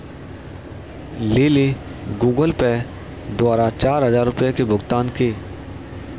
lily Google Pay द्वारा चार हजार रुपए की भुगतान की